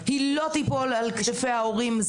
היא לא תיפול על כתפי ההורים,